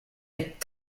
être